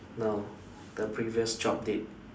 no the previous job did